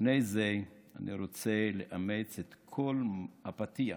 לפני זה אני רוצה לאמץ את כל הפתיח